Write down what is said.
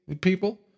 people